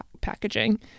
packaging